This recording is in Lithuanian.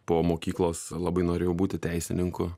po mokyklos labai norėjau būti teisininku